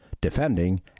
Defending